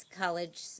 college